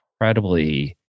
incredibly